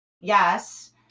yes